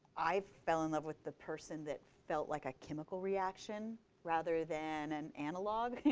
i fell in love with the person that felt like a chemical reaction rather than an analog.